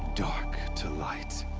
dark to light.